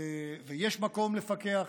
ויש מקום לפקח.